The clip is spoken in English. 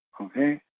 Okay